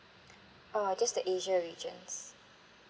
uh just the asia regions